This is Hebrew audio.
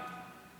הזדעזעתי.